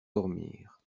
dormir